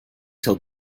till